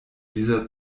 dieser